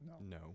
No